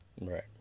right